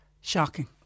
shocking